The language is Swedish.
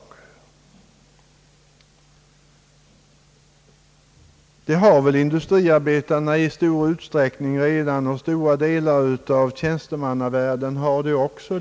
Industriarbetarna har väl redan i stor utsträckning sådan försäkring liksom även stora delar av tjänstemannavärlden.